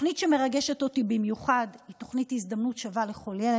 תוכנית שמרגשת אותי במיוחד היא תוכנית הזדמנות שווה לכל ילד,